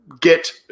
get